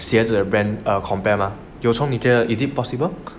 鞋子的 brand compare mah you cong 你觉得 is it possible